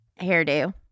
hairdo